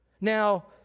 Now